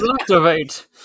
activate